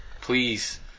please